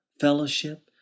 Fellowship